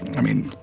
i mean,